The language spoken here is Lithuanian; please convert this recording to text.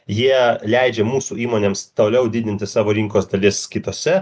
jie leidžia mūsų įmonėms toliau didinti savo rinkos dalis kitose